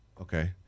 okay